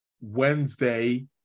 Wednesday